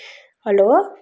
hello